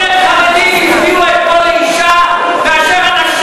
יותר חרדים הצביעו אתמול לאישה מאשר האנשים